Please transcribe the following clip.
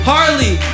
Harley